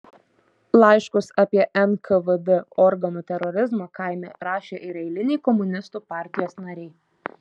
laiškus apie nkvd organų terorizmą kaime rašė ir eiliniai komunistų partijos nariai